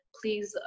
please